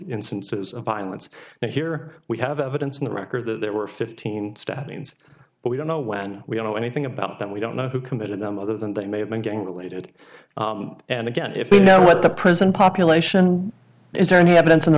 instances of violence and here we have evidence in the record that there were fifteen stabbings but we don't know when we don't know anything about them we don't know who committed them other than they may have been gang related and again if you know what the prison population is there any evidence on the